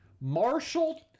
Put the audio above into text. Marshall